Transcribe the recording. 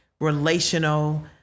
relational